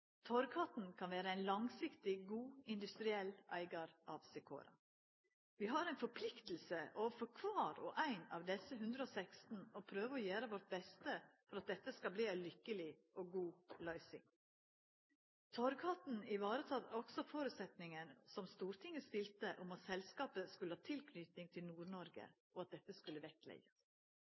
Torghatten kan vera ein langsiktig god industriell eigar av Secora. Vi har ei forplikting overfor kvar og ein av desse 116 til å prøva å gjera vårt beste for at dette skal bli ei lukkeleg og god løysing. Torghatten varetek også føresetnaden som Stortinget stilte om at selskapet skulle ha tilknyting til Nord-Noreg, og at dette skulle vektleggjast.